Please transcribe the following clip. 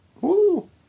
Woo